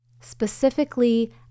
specifically